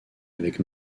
avec